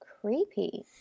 creepy